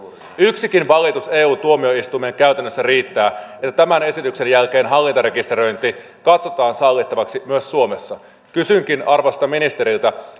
yksikin valitus eu tuomioistuimeen käytännössä riittää että tämän esityksen jälkeen hallintarekisteröinti katsotaan sallittavaksi myös suomessa kysynkin arvoisalta ministeriltä